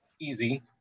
easy